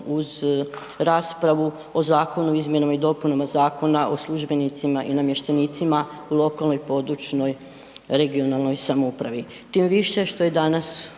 uz raspravu o Zakonu o izmjenama i dopunama Zakona o službenicima i namještenicima u lokalnoj i područnoj (regionalnoj) samoupravi. Tim više što je danas